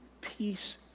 peace